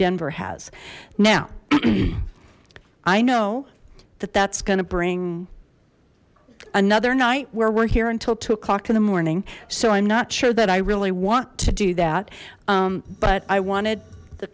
denver has now i know that that's gonna bring another night where we're here until two o'clock in the morning so i'm not sure that i really want to do that but i wanted the